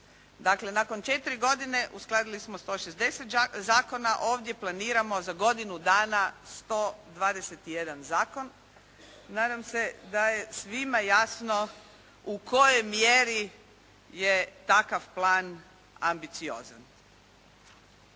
Dakle nakon 4 godine uskladili smo 160 zakona. Ovdje planiramo u godinu dana 121 zakon. Nadam se da je svima jasno u kojoj mjeri je takav plan ambiciozan.